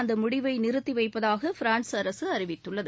அந்த முடிவை நிறுத்தி வைப்பதாக பிரான்ஸ் அரசு அறிவித்துள்ளது